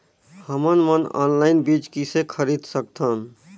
हमन मन ऑनलाइन बीज किसे खरीद सकथन?